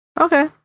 Okay